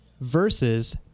versus